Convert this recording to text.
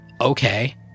okay